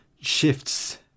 shifts